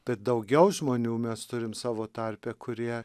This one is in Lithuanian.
tai daugiau žmonių mes turim savo tarpe kurie